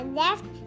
left